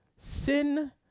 Sin